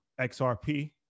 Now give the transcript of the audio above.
XRP